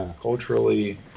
culturally